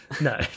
No